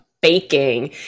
baking